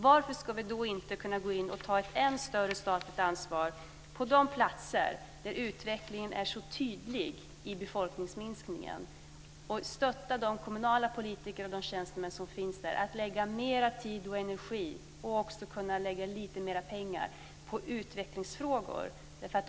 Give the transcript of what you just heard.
Varför ska vi då inte kunna gå in och ta ett än större statligt ansvar på de platser där utvecklingen mot befolkningsminskning är tydlig och stötta de kommunala politiker och tjänstemän som finns där att lägga mer tid och energi, och också lite mer pengar, på utvecklingsfrågor?